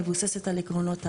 מבוססת על עקרונות אפס"ה.